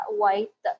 white